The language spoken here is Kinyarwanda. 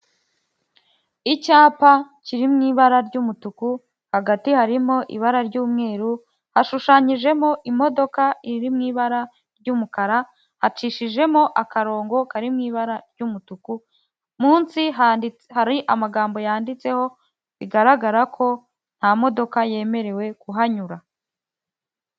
Icyapa kiri mu ibara ry'umutuku, hagati harimo ibara ry'umweru hashushanyijemo imodoka iri mu ibara ry'umukara. Hacishijemo akarongo kari mu ibara ry'umutuku, munsi hari amagambo yanditseho bigaragara ko nta modoka yemerewe kuhanyura.